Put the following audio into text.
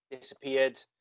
disappeared